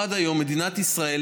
עד היום במדינת ישראל,